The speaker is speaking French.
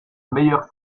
meilleure